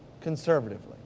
conservatively